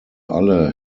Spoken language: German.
alle